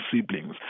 siblings